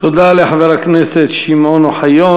תודה לחבר הכנסת שמעון אוחיון.